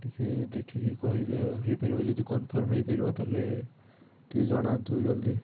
ଟିକିଏ ଦେଖିକି କହିବେ ଆଉ ହେଇପାରିବ ଯଦି କନଫର୍ମ୍ ହେଇପାରିବ ତାହାଲେ ଟିକିଏ ଜଣାନ୍ତୁ ଜଲ୍ଦି